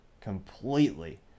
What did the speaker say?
completely